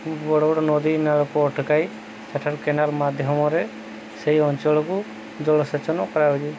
ବଡ଼ ବଡ଼ ନଦୀ ନାଳକୁ ଅଟକାଇ ସେଠାରୁ କେନାଲ ମାଧ୍ୟମରେ ସେଇ ଅଞ୍ଚଳକୁ ଜଳସେଚନ କରାଯାଉଛି